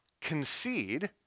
concede